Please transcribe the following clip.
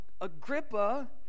agrippa